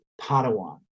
Padawan